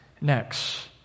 next